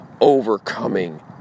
overcoming